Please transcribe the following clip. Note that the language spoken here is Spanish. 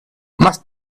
más